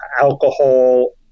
Alcohol